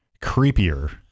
creepier